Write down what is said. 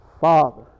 Father